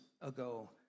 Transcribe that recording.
ago